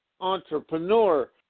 entrepreneur